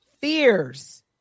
fears